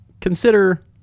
consider